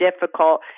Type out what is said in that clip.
difficult